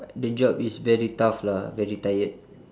but the job is very tough lah very tired